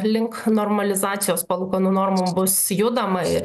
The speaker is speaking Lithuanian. link normalizacijos palūkanų normų bus judama ir